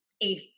eighth